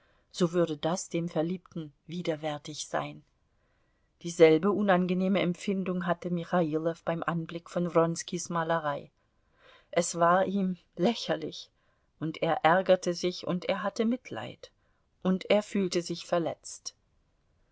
so würde das dem verliebten widerwärtig sein dieselbe unangenehme empfindung hatte michailow beim anblick von wronskis malerei es war ihm lächerlich und er ärgerte sich und er hatte mitleid und er fühlte sich verletzt